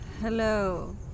Hello